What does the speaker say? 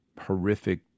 horrific